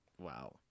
Wow